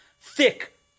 thick